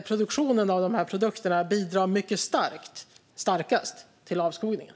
Produktionen av de här produkterna bidrar mycket starkt - allra starkast - till avskogningen.